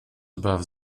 above